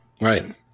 right